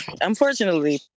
unfortunately